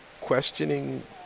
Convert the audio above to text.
questioning